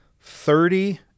thirty